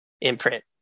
imprint